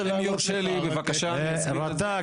רט"ג,